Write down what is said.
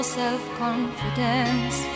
self-confidence